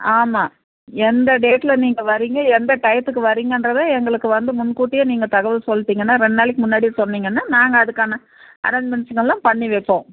ஆமாம் எந்த டேட்டில் நீங்கள் வர்றீங்க எந்த டயத்துக்கு வர்றீங்கங்றத எங்களுக்கு வந்து முன்கூட்டியே நீங்கள் தகவல் சொல்லிட்டீங்கனா ரெண்டு நாளைக்கு முன்னாடியே சொன்னீங்கன்னால் நாங்கள் அதுக்கான அரேஞ்ச்மெண்ட்ஸெலாம் பண்ணி வைப்போம்